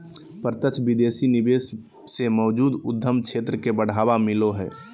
प्रत्यक्ष विदेशी निवेश से मौजूदा उद्यम क्षेत्र के बढ़ावा मिलो हय